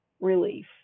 relief